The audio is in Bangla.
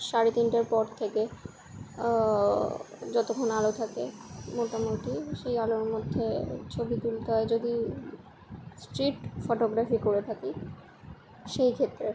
সাড়ে তিনটের পর থেকে যতক্ষণ আলো থাকে মোটামুটি সেই আলোর মধ্যে ছবি তুলতে হয় যদি স্ট্রিট ফোটোগ্রাফি করে থাকি সেই ক্ষেত্রে